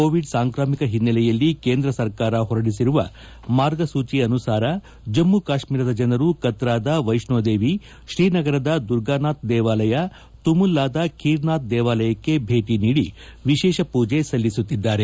Covid ಸಾಂಕ್ರಾಮಿಕ ಹಿನ್ನೆಲೆಯಲ್ಲಿ ಕೇಂದ್ರ ಸರ್ಕಾರ ಹೊರಡಿಸಿರುವ ಮಾರ್ಗಸೂಚಿ ಅನುಸಾರ ಜಮ್ಮೆ ಕಾಶ್ಮೀರದ ಜನರು ಕತ್ರಾದ ವೈಷ್ಣೋದೇವಿ ಶ್ರೀನಗರದ ದುರ್ಗಾನಾಥ್ ದೇವಾಲಯ ತುಮುಲ್ಲಾದ ಖೀರ್ ನಾಥ್ ದೇವಾಲಯಕ್ಕೆ ಭೇಟಿ ನೀಡಿ ವಿಶೇಷ ಪೂಜೆ ಸಲ್ಲಿಸುತ್ತಿದ್ದಾರೆ